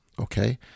okay